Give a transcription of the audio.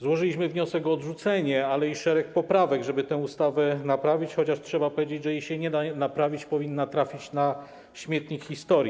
Złożyliśmy wniosek o odrzucenie, ale i szereg poprawek, żeby tę ustawę naprawić, chociaż trzeba powiedzieć, że jej się nie da naprawić, powinna trafić na śmietnik historii.